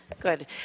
good